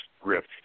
grip